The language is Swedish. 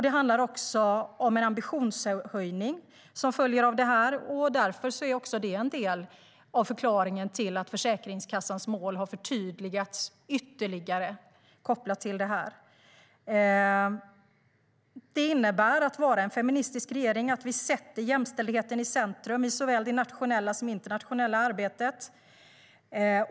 Det handlar om en ambitionshöjning som följer av detta, och därför är också det en del av förklaringen till att Försäkringskassans mål har förtydligats ytterligare kopplat till det här. Att vara en feministisk regering innebär att vi sätter jämställdheten i centrum i såväl det nationella som internationella arbetet.